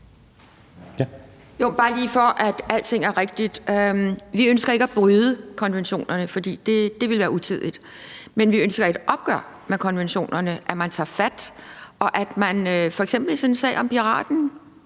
Vi ønsker ikke at bryde konventionerne, for det ville være utidigt. Men vi ønsker et opgør med konventionerne, altså at man tager fat, og at man f.eks. i sådan en sag som den